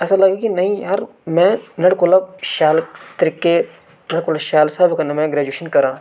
ऐसा लग्गेआ निं यार में नुआढ़े कोला शैल करके नुआढ़े कोला शैल स्हाबै कन्नै में ग्रैजुशन करां